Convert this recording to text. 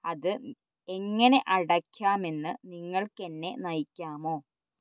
അത് എങ്ങനെ അടയ്ക്കാമെന്ന് നിങ്ങൾക്കെന്നെ നയിക്കാമോ